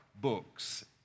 books